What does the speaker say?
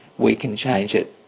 we can change it.